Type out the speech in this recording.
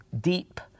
deep